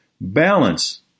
Balance